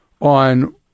on